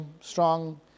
strong